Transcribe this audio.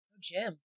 Jim